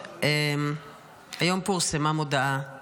היום פורסמה מודעה